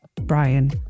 Brian